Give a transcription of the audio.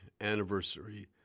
anniversary